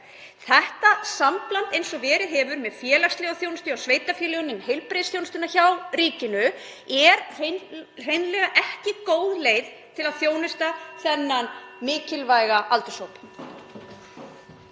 Þetta sambland eins og verið hefur með félagslega þjónustu hjá sveitarfélögunum en heilbrigðisþjónustuna hjá ríkinu er hreinlega ekki góð leið til að þjónusta þennan mikilvæga aldurshóp.